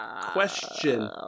Question